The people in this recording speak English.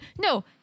No